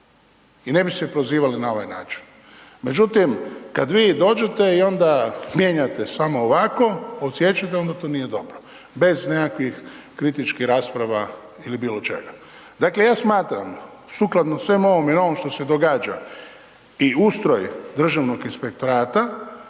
I ne bi se prozivali na ovaj način. Međutim, kad vi dođete i onda mijenjate samo ovako odsiječete onda to nije dobro, bez nekakvih kritičkih rasprava ili bilo čega. Dakle, ja smatram sukladno svemu ovome i ovom što se događa i ustroj Državnog inspektorata